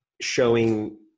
showing